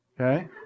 Okay